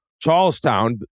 Charlestown